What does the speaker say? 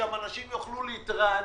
אנשים יוכלו להתרענן.